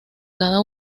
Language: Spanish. cada